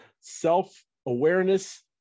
self-awareness